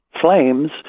flames